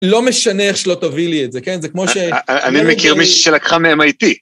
לא משנה איך שלא תביאי לי את זה, כן? זה כמו ש... אני מכיר מישהו שלקחה מ-MIT.